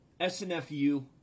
SNFU